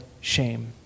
shame